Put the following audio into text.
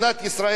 ולסיום?